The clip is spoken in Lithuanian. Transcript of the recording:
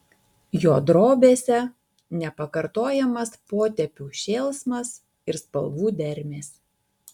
jo drobėse nepakartojamas potėpių šėlsmas ir spalvų dermės